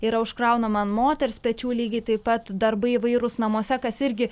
yra užkraunama ant moters pečių lygiai taip pat darbai įvairūs namuose kas irgi